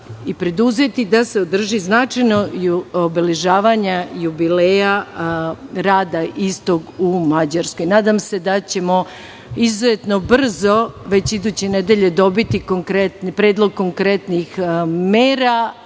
i preduzeti da se održi značajno obeležavanje jubileja rada istog u Mađarskoj. Nadam se ćemo izuzetno brzo, već iduće nedelje, dobiti predlog konkretnih mera